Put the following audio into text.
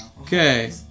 Okay